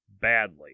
badly